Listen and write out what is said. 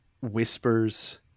whispers